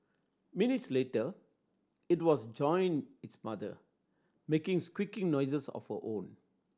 minutes later it was joined its mother making squeaky noises of her own